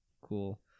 cool